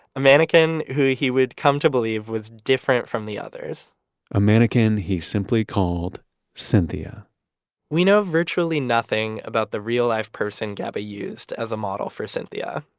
a mannequin who he would come to believe was different from the others a mannequin he simply called cynthia we know virtually nothing about the real life person gaba used as a model for cynthia,